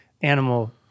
animal